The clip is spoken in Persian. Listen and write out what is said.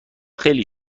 خیلی